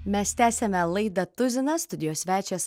mes tęsiame laidą tuzinas studijos svečias